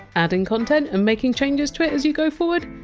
adding content and making changes to it as you go forward?